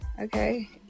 okay